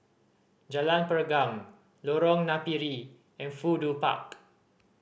Jalan Pergam Lorong Napiri and Fudu Park